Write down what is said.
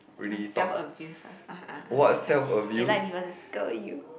!huh! self abuse ah ah ah ah you like people to scold you